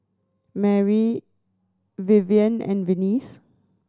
Mari Vivienne and Venice